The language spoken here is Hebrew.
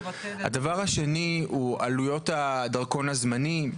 דבר שני הוא עלויות הדרכון הזמני.